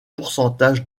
pourcentage